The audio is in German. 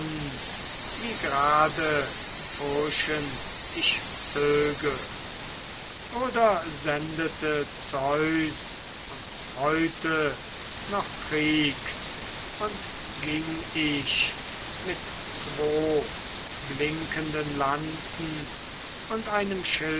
wie grade furchen ich zöge oder sendete zeus uns heute noch krieg und ging ich mit zwo blinkenden lanzen und einem